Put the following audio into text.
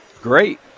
great